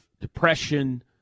depression